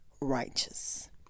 righteous